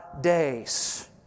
days